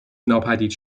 ناپدید